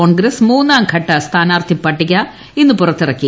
കോൺഗ്രസ് മൂന്നാംഘട്ട സ്ഥാനാർത്ഥി പട്ടിക ഇന്ന് പുറത്തിറക്കി